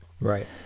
Right